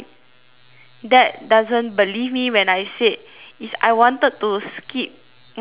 dad doesn't believe me when I said it's I wanted to skip one and then